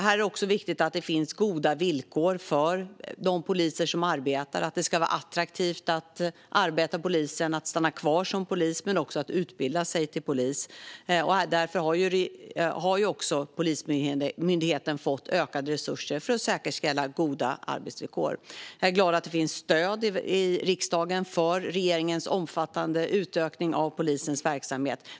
Det är också viktigt att det finns goda villkor för de poliser som arbetar. Det ska vara attraktivt att arbeta inom polisen, att stanna kvar som polis men också att utbilda sig till polis. Därför har Polismyndigheten fått ökade resurser för att säkerställa goda arbetsvillkor. Jag är glad att det finns stöd i riksdagen för regeringens omfattande utökning av polisens verksamhet.